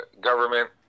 government